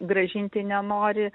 grąžinti nenori